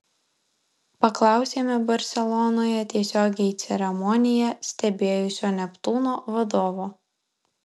paklausėme barselonoje tiesiogiai ceremoniją stebėjusio neptūno vadovo